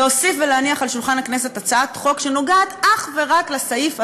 להוסיף ולהניח על שולחן הכנסת הצעת חוק שנוגעת אך ורק בסעיף הזה,